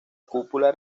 cúpula